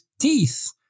teeth